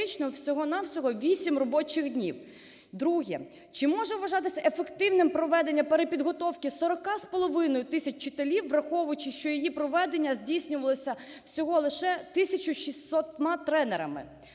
всього-на-всього 8 робочих днів. Друге. Чи може вважатися ефективним проведення перепідготовки 40,5 тисяч вчителів, враховуючи, що її проведення здійснювалося всього лише 1600-ма тренерами?